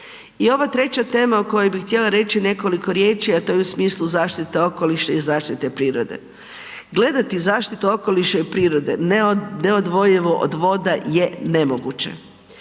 I ova treća tema o kojoj bih htjela reći nekoliko riječi, a to je u smislu zaštite okoliša i zaštite prirode. Gledati zaštitu okoliša i prirode, neodvojivo od voda je nemoguće,